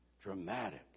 dramatic